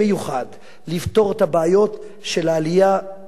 לפתור את הבעיות של העלייה מאתיופיה.